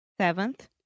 Seventh